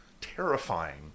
terrifying